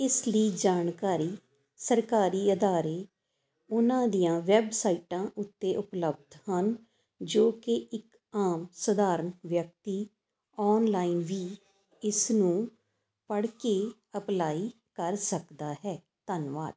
ਇਸ ਲਈ ਜਾਣਕਾਰੀ ਸਰਕਾਰੀ ਅਦਾਰੇ ਉਹਨਾਂ ਦੀਆਂ ਵੈਬਸਾਈਟਾਂ ਉੱਤੇ ਉਪਲਬਧ ਹਨ ਜੋ ਕਿ ਇੱਕ ਆਮ ਸਧਾਰਨ ਵਿਅਕਤੀ ਆਨਲਾਈਨ ਵੀ ਇਸ ਨੂੰ ਪੜ੍ਹ ਕੇ ਅਪਲਾਈ ਕਰ ਸਕਦਾ ਹੈ ਧੰਨਵਾਦ